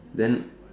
then